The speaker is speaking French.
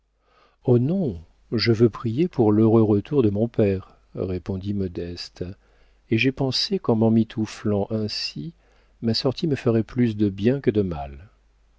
oh non je veux prier pour l'heureux retour de mon père répondit modeste et j'ai pensé qu'en m'emmitouflant ainsi ma sortie me ferait plus de bien que de mal